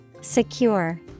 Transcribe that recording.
Secure